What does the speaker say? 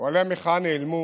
אוהלי המחאה נעלמו,